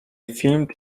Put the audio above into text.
filmed